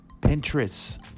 Pinterest